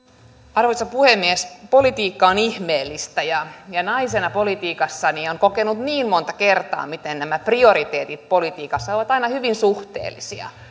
arvoisa puhemies politiikka on ihmeellistä ja ja naisena politiikassa olen kokenut niin monta kertaa miten nämä prioriteetit politiikassa ovat aina hyvin suhteellisia